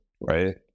right